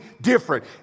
different